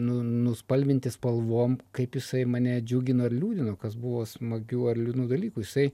nu nuspalvinti spalvom kaip jisai mane džiugino ir liūdino kas buvo smagių ar liūdnų dalykų jisai